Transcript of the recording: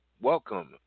Welcome